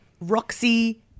Roxy